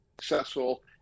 successful